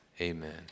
Amen